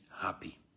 happy